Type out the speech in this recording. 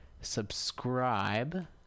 subscribe